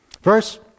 first